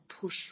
push